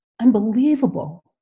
unbelievable